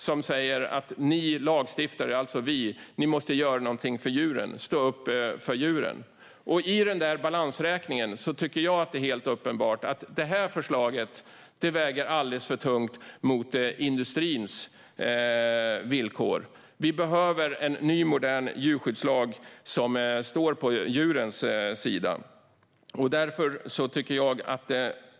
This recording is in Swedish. De säger att vi lagstiftare måste göra någonting för djuren och stå upp för djuren. I det här förslaget tycker jag att det är helt uppenbart att industrins villkor väger alldeles för tungt i den balansräkningen. Vi behöver en ny, modern djurskyddslag som står på djurens sida.